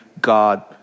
God